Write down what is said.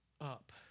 up